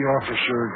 Officer